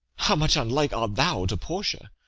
how much unlike art thou to portia!